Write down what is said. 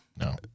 No